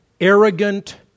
arrogant